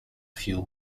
few